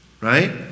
right